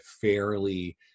fairly